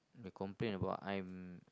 complain about I'm